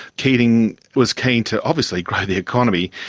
keating was keen to obviously grow the economy,